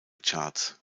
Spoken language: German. charts